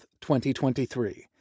2023